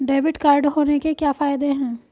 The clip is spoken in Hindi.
डेबिट कार्ड होने के क्या फायदे हैं?